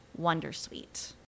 wondersuite